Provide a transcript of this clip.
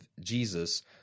Jesus